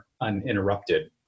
uninterrupted